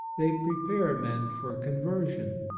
they prepare men for conversion,